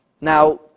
now